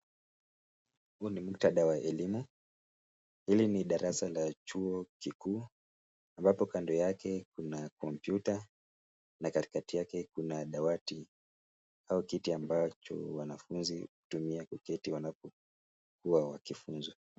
Huu ni muktadha wa elimu. Hili ni darasa la chuo kikuu, ambapo kando yake kuna kompyuta na katikati yake kuna dawati au kiti ambacho wanafunzi hutumia kuketi wanapokuwa wakifunzwa.